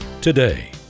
today